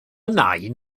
nain